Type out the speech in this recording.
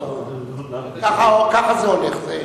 ככה זה הולך.